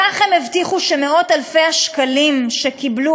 בכך הם הבטיחו שמאות-אלפי השקלים שקיבלו